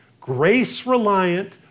grace-reliant